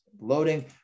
loading